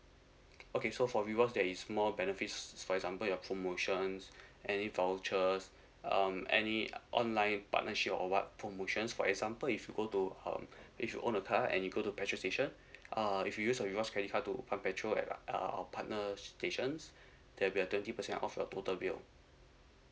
okay so for rewards that is more benefits for example your promotions any vouchers um any uh online partnership or what promotions for example if you go to um if you own a car and you go to petrol station uh if you use your rewards credit card to a petrol at our partner stations there'll be a twenty percent off your total bill